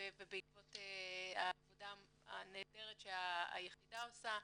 ובעקבות העבודה הנהדרת שהיחידה עושה.